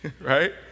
right